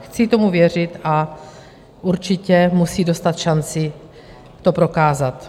Chci tomu věřit a určitě musí dostat šanci to prokázat.